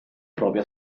propria